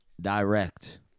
direct